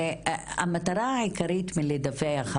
הרי המטרה העיקרית מלדווח,